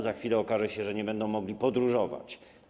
Za chwilę okaże się, że nie będą mogli podróżować.